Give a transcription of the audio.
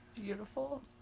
Beautiful